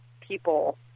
people